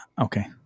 Okay